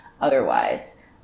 otherwise